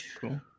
Cool